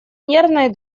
нервной